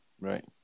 Right